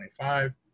25